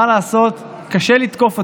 מה לעשות, קשה לתקוף אותה.